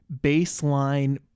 baseline